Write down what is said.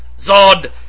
ZOD